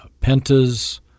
Pentas